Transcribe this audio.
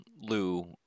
Lou